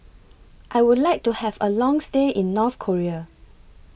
I Would like to Have A Long stay in North Korea